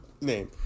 name